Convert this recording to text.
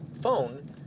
phone